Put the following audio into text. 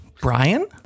Brian